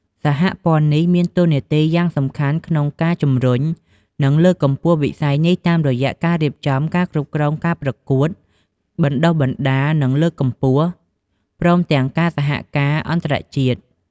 សហព័ន្ធនេះមានតួនាទីយ៉ាងសំខាន់ក្នុងការជំរុញ និងលើកកម្ពស់វិស័យនេះតាមរយៈ ការរៀបចំ និងគ្រប់គ្រងការប្រកួត បណ្តុះបណ្តាល និងលើកកម្ពស់ ព្រមទាំងការសហការអន្តរជាតិ។